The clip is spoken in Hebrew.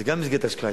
זה גם נקרא השקעה,